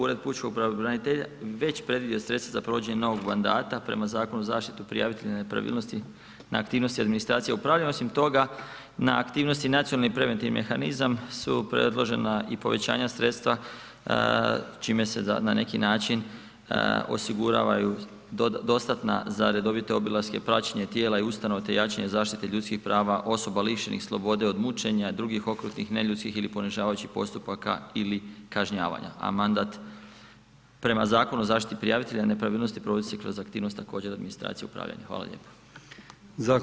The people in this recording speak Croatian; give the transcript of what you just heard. Ured pučkog pravobranitelja je već predvidio sredstva za provođenje novog mandata prema Zakonu o zaštiti prijavitelja nepravilnosti na aktivnosti administracije i upravljanja, osim toga na aktivnosti nacionalni i preventivni mehanizam su predložena i povećanja sredstva čime se na neki način osiguravaju dostatna za redovite obilaske, praćenje tijela i ustanova te jačanje zaštite ljudskih prava osoba lišenih slobode od mučenja, drugih okrutnih neljudskih ili ponižavajućih postupaka ili kažnjavanja a mandat prema Zakonu o zaštiti prijavitelja nepravilnosti provodi se kroz aktivnosti također administracije i upravljanja, hvala lijepo.